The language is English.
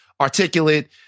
articulate